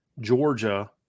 Georgia